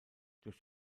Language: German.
durch